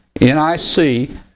N-I-C